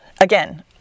again